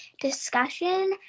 discussion